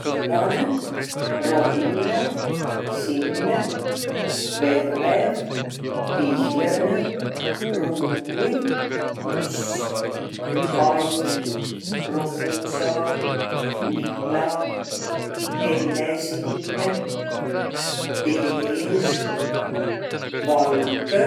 Kõllanõ, rohilinõ, sinine, verrev, pihlõnõ, pruun, must, hall, roosa, lilla, hellesinine, beež, valgõ.